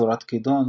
צורת כידון,